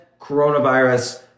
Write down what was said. coronavirus